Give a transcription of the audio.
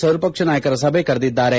ಸರ್ವಪಕ್ಷ ನಾಯಕರ ಸಭೆ ಕರೆದಿದ್ದಾರೆ